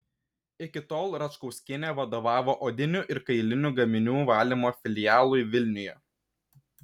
iki tol račkauskienė vadovavo odinių ir kailinių gaminių valymo filialui vilniuje